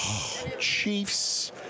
chiefs